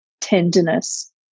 tenderness